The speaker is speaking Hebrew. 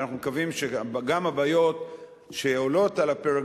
ואנחנו מקווים שגם הבעיות שעולות על הפרק